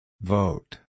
Vote